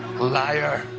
liar!